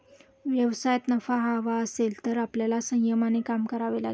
व्यवसायात नफा हवा असेल तर आपल्याला संयमाने काम करावे लागेल